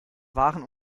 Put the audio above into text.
waren